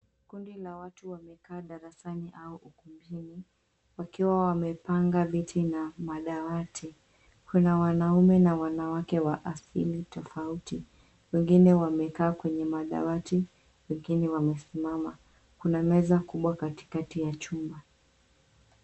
Kundi la watu wamekaa darasani au ukumbini wakiwa wamepanga viti na madawati. Kuna wanaume na wanawake wa asili tofauti. Wengine wamekaa kwenye madawati, wengine wamesimama. Kuna meza kubwa katikati ya chumba.